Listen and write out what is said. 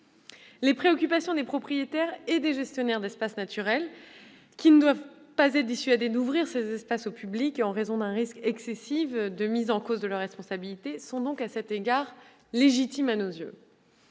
Les préoccupations des propriétaires et gestionnaires d'espaces naturels, qui ne doivent pas être dissuadés d'ouvrir ces espaces au public en raison d'un risque excessif de mise en cause de leur responsabilité, sont à cet égard légitimes. Si la